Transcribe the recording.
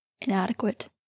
inadequate